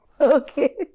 Okay